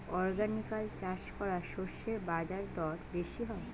organically চাষ করা শস্যের বাজারদর বেশি হয়